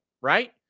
Right